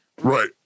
Right